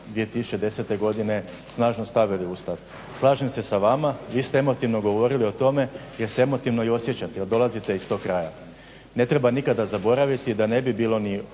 2010. godine snažno savili u Ustav. Slažem se sa vama, vi se emotivno govorili o tome jer se emotivno i osjećate, jer dolazite iz tog kraja. Ne treba nikada zaboraviti da ne bi bilo ni